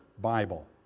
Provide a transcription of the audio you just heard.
Bible